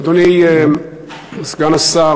אדוני סגן השר,